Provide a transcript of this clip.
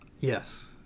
Yes